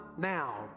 now